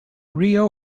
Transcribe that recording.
rio